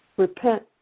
Repent